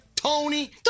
Tony